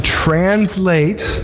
translate